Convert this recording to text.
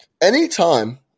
anytime